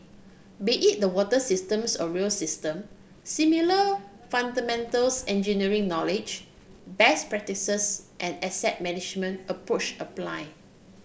be it the water systems or rail system similar engineering knowledge best practices and asset management approach apply